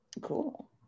cool